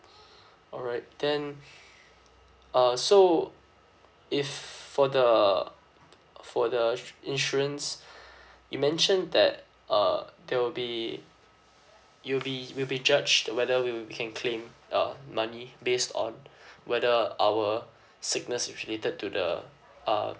alright then uh so if for the uh for the ~ sur~ insurance you mentioned that uh there will be it'll be will be judged uh whether we'll can claim uh money based on whether our sickness is related to the uh